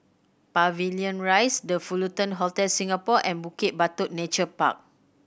Pavilion Rise The Fullerton Hotel Singapore and Bukit Batok Nature Park